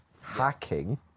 hacking